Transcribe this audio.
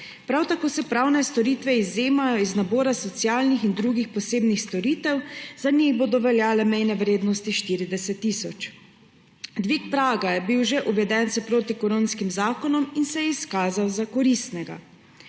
Prav tako se pravne storitve izvzemajo iz nabora socialnih in drugih posebnih storitev, za njih bodo veljale mejne vrednosti 40 tisoč. Dvig praga je bil že uveden s protikoronskim zakonom in se je izkazal za koristnega.